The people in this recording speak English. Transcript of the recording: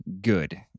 good